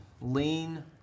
lean